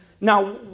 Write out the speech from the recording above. now